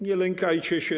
Nie lękajcie się.